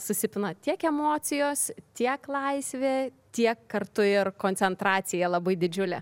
susipina tiek emocijos tiek laisvė tiek kartu ir koncentracija labai didžiulė